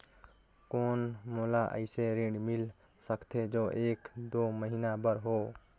कौन मोला अइसे ऋण मिल सकथे जो एक दो महीना बर हो?